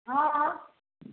हाँ